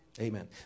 Amen